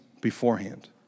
beforehand